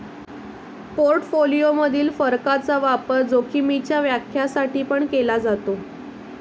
portfolio मधील फरकाचा वापर जोखीमीच्या व्याख्या साठी पण केला जातो